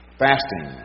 fasting